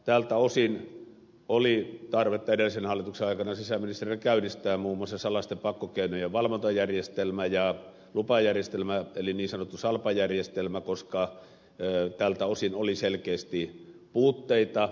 tältä osin oli tarvetta edellisen hallituksen aikana sisäasiainministeriön käynnistää muun muassa salaisten pakkokeinojen valvontajärjestelmä ja lupajärjestelmä eli niin sanottu salpa järjestelmä koska tältä osin oli selkeästi puutteita